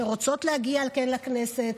שרוצות להגיע לכנסת,